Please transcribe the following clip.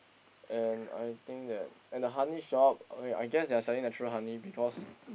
and I think that at the honey shop okay I guess they are selling the true honey because